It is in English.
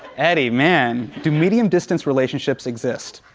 eddie, man. do medium distance relationships exist?